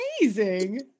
amazing